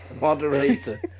Moderator